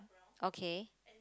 okay